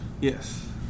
Yes